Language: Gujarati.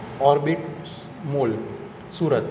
ઓર્બિટ સ મોલ સુરત